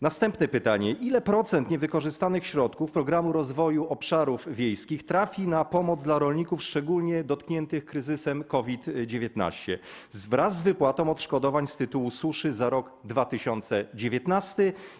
Następne pytanie: Ile procent niewykorzystanych środków z Programu Rozwoju Obszarów Wiejskich trafi na pomoc dla rolników szczególnie dotkniętych kryzysem COVID-19, wraz z wypłatą odszkodowań z tytułu suszy za rok 2019?